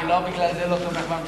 לא בגלל זה אני לא תומך בממשלה,